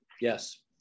yes